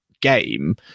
game